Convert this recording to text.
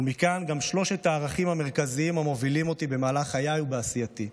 ומכאן גם שלושת הערכים המרכזיים המובילים אותי במהלך חיי ובעשייתי: